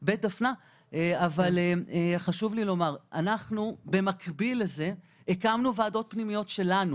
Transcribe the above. אבל חשוב לי לומר שבמקביל לזה הקמנו ועדות פנימיות שלנו.